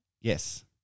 Yes